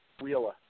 Wheeler